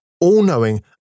all-knowing